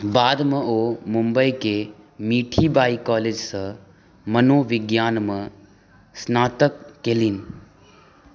बादमे ओ मुंबईके मिठीबाई कॉलेज सँ मनोविज्ञानमे स्नातक कयलनि